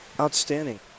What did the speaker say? outstanding